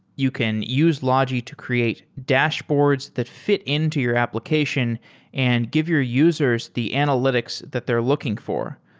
you can use logi to create dashboards that fit into your application and give your users the analytics that they're looking for.